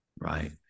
right